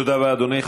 תודה לאדוני.